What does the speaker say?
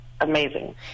amazing